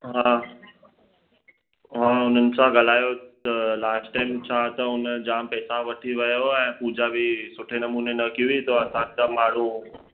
हा हा उन्हनि सां ॻाल्हायो त लास्ट टाइम चा त हुन जाम पेसा वठी वियो ऐं पूजा बि सुठे नमूने न की हुई त असांजा माण्हूं